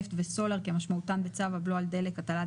נפט וסולר כמשמעותם בצו הבלו על דלק (הטלת